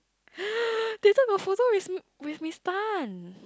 they took a photo with with Miss Tan